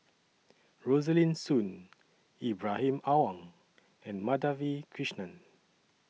Rosaline Soon Ibrahim Awang and Madhavi Krishnan